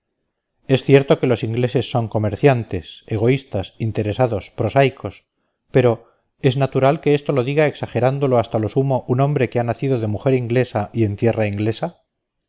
es cierto que los ingleses son comerciantes egoístas interesados prosaicos pero es natural que esto lo diga exagerándolo hasta lo sumo un hombre que ha nacido de mujer inglesa y en tierra inglesa